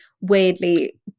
weirdly